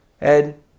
Ed